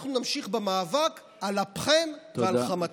אנחנו נמשיך במאבק על אפכם ועל חמתכם.